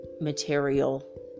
material